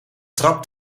trap